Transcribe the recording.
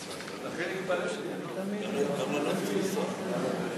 שמצביעים לאותן הסיעות ידעו את הפרצוף האמיתי